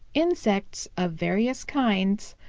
insects of various kinds,